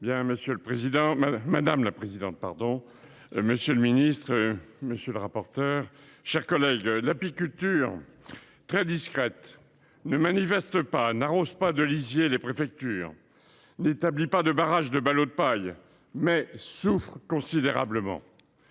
Madame la présidente, monsieur le secrétaire d’État, mes chers collègues, l’apiculture, très discrète, ne manifeste pas, n’arrose pas de lisier les préfectures, n’établit pas de barrages de ballots de paille, mais souffre considérablement.